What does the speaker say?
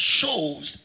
shows